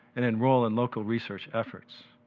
and enroll in local research efforts.